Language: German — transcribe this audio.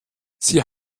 sie